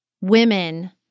women